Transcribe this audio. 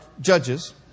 Judges